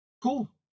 Cool